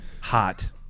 hot